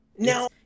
now